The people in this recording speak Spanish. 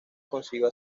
consiguió